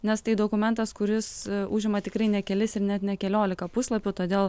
nes tai dokumentas kuris užima tikrai ne kelis ir net ne keliolika puslapių todėl